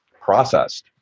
processed